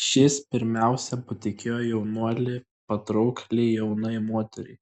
šis pirmiausia patikėjo jaunuolį patraukliai jaunai moteriai